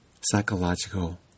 psychological